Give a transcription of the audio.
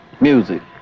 music